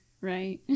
right